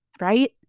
right